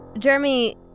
Jeremy